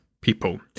people